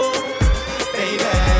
baby